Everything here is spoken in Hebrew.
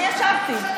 אני ישבתי.